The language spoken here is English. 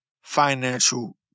financial